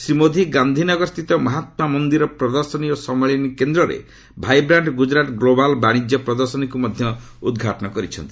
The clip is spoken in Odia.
ଶ୍ରୀ ମୋଦି ଗାନ୍ଧିନଗର ସ୍ଥିତ ମହାତ୍କା ମନ୍ଦିର ପ୍ରଦର୍ଶନୀ ଓ ସମ୍ମିଳନୀ କେନ୍ଦ୍ରରେ ଭାଇବ୍ରାଣ୍ଟ ଗୁଜରାଟ ଗ୍ଲୋବାଲ୍ ବାଣିଜ୍ୟ ପ୍ରଦର୍ଶନୀକୁ ମଧ୍ୟ ଉଦ୍ଘାଟନ କରିଛନ୍ତି